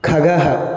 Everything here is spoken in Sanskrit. खगः